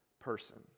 person